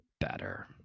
better